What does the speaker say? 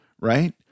right